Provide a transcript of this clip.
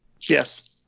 Yes